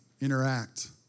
interact